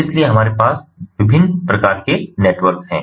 इसलिए हमारे पास विभिन्न प्रकार के नेटवर्क हैं